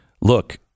look